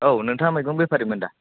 औ नोंथाङा मैगं बेपारिमोन दा